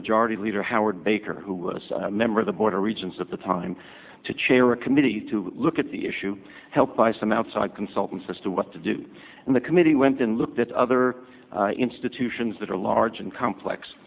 majority leader howard baker who was member of the border regions at the time to chair a committee to look at the issue help by some outside consultants as to what to do and the committee went and looked at other institutions that are large and complex